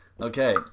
Okay